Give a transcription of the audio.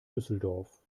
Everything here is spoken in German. düsseldorf